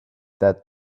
that